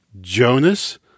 Jonas